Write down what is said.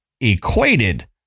equated